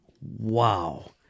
Wow